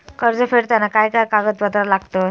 कर्ज फेडताना काय काय कागदपत्रा लागतात?